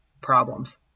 problems